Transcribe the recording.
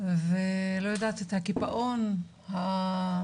ולא יודעת, את הקיפאון שאני